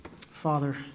Father